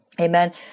Amen